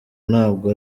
ntabwo